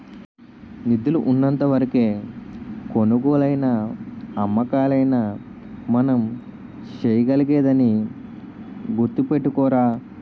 నిధులు ఉన్నంత వరకే కొనుగోలైనా అమ్మకాలైనా మనం చేయగలిగేది అని గుర్తుపెట్టుకోరా